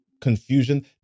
confusion